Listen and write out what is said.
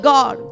God